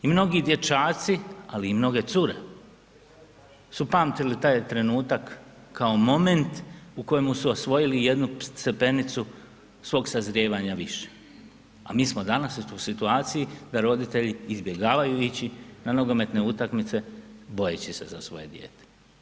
I mnogi dječaci, ali i mnoge cure su pamtili taj trenutak kao moment u kojemu su osvojili jednu stepenicu svog sazrijevanja više, a mi smo danas u toj situaciji da roditelji izbjegavaju ići na nogometne utakmice bojeći se za svoje dijete.